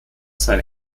sein